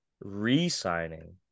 re-signing